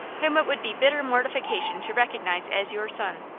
whom it would be bitter mortification to recognize as your son.